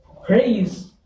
Praise